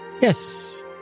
Yes